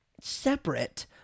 separate